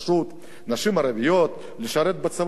נשים ערביות, לשרת בצבא, זה לא פשוט.